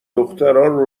دخترا